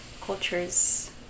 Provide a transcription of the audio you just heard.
cultures